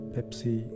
Pepsi